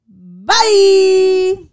Bye